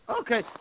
Okay